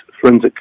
forensic